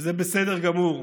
וזה בסדר גמור,